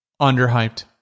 underhyped